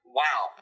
wow